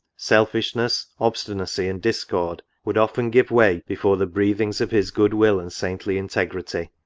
selfishness, obstinacy, and discord would often give way before the breathings of his good-will and saintly integrity.